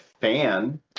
fan